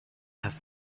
have